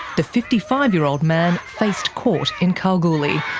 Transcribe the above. the fifty five year old man faced court in kalgoorlie,